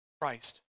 Christ